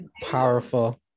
powerful